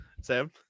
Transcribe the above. Sam